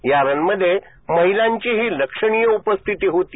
या रन मध्ये महिलांचीही लक्षणीय उपस्थिती होती